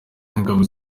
n’ingabo